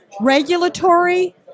Regulatory